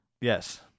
Yes